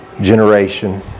generation